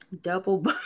Double